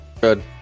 Good